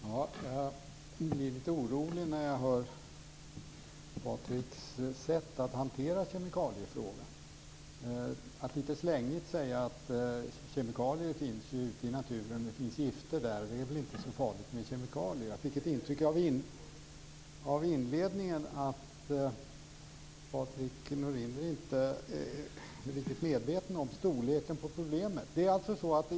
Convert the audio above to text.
Fru talman! Jag blir lite orolig när jag hör hur Patrik Norinder hanterar kemikaliefrågan genom att lite slängigt säga att kemikalier finns i naturen och att det finns gifter där, så det är väl inte så farligt med kemikalier. Av inledningen fick jag intrycket att Patrik Norinder inte är riktigt medveten om problemens storlek.